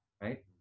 right